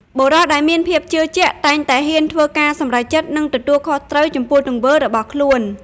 បុរសដែលមានភាពជឿជាក់តែងតែហ៊ានធ្វើការសម្រេចចិត្ត និងទទួលខុសត្រូវចំពោះទង្វើរបស់ខ្លួន។